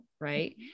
Right